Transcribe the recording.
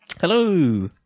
Hello